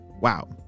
wow